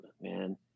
man